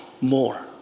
more